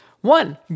One